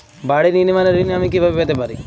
বাড়ি নির্মাণের ঋণ আমি কিভাবে পেতে পারি?